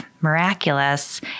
miraculous